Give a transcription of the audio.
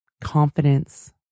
confidence